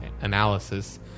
analysis